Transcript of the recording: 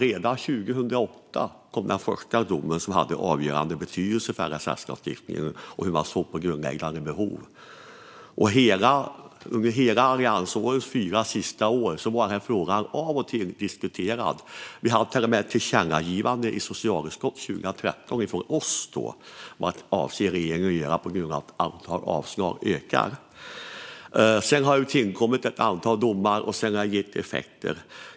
Redan 2008 kom den första domen, som hade avgörande betydelse för LSS-lagstiftningen och hur man såg på grundläggande behov. Under hela alliansregeringens fyra sista år diskuterades frågan av och till. Vi socialdemokrater i socialutskottet gjorde till och med ett tillkännagivande och frågade vad regeringen avsåg att göra på grund av att antalet avslag ökade. Sedan har det tillkommit ett antal domar som har gett effekter.